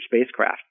spacecraft